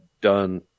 done